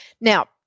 Now